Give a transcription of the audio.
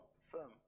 firm